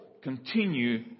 continue